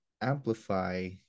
amplify